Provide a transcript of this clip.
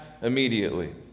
immediately